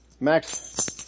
Max